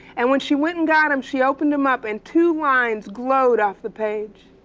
and when she went and got them she opened them up and two lines glowed off the page.